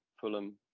Fulham